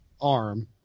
arm